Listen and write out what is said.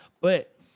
But-